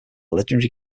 legendary